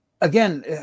again